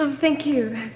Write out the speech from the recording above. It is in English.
um thank you.